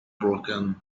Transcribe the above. broken